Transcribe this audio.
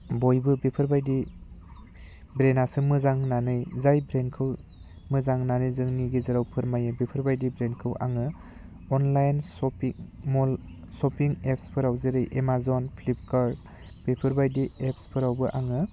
बयबो बेफोरबायदि ब्रेन्डआसो मोजां होननानै जाय ब्रेनखौ मोजां होननानै जोंनि गेजेराव फोरमायो बेफोरबायदि ब्रेनखौ आङो अनलाइन शपिंमल शपिं एप्सफोराव जेरै एमाजन फ्लिपकार्ट बेफोरबायदि एप्सफोरावबो आङो